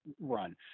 run